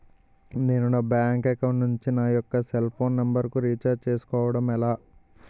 నేను నా bank account నుంచి నా యెక్క సెల్ ఫోన్ నంబర్ కు రీఛార్జ్ చేసుకోవడం ఎలా?